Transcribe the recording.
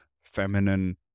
feminine